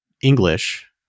English